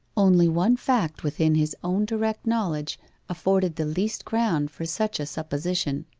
only one fact within his own direct knowledge afforded the least ground for such a supposition.